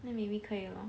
then maybe 可以 lor